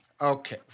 Okay